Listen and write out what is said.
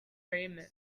raymond